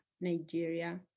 Nigeria